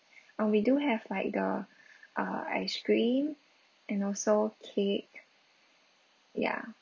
ah we do have like the uh ice cream and also cake ya